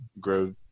grow